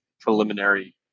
preliminary